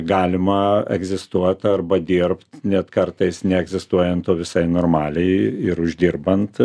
galima egzistuot arba dirbt net kartais neegzistuojant o visai normaliai ir uždirbant